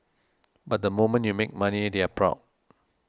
but the moment you make money they're proud